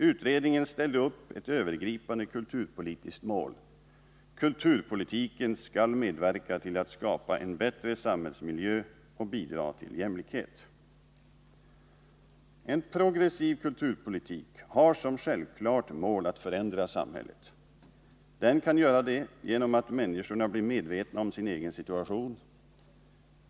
Utredningen ställde upp ett övergripande kulturpolitiskt mål: ”Kulturpolitiken skall medverka till att skapa en bättre samhällsmiljö och bidra till jämlikhet.” En progressiv kulturpolitik har som självklart mål att förändra samhället. Den kan göra det genom att människorna blir medvetna om sin egen situation.